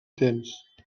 temps